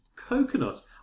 Coconut